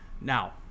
Now